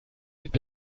gibt